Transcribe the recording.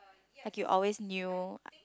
like you always knew